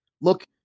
look